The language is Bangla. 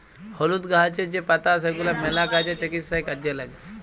হলুদ গাহাচের যে পাতা সেগলা ম্যালা কাজে, চিকিৎসায় কাজে ল্যাগে